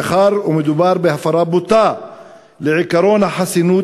מאחר שמדובר בהפרה בוטה של עקרון החסינות